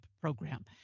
Program